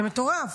זה מטורף.